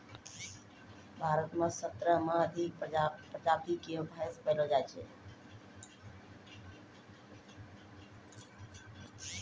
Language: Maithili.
भारत म सत्रह सें अधिक प्रजाति केरो भैंस पैलो जाय छै